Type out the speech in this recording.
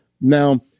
Now